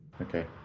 Okay